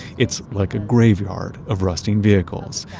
it's like a graveyard of rusting vehicles.